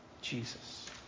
Jesus